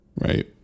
Right